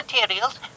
materials